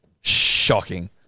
Shocking